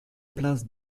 place